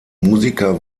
musiker